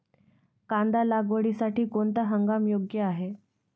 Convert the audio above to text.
कांदा लागवडीसाठी कोणता हंगाम योग्य आहे?